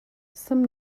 some